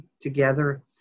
Together